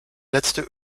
letzte